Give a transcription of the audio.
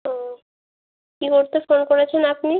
ও কী করতে ফোন করেছেন আপনি